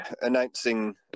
announcing